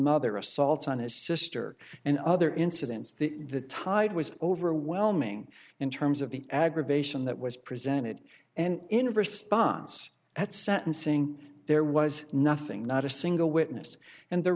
mother assaults on his sister and other incidents the the tide was overwhelming in terms of the aggravation that was presented and in response at sentencing there was nothing not a single witness and the